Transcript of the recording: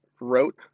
wrote